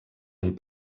amb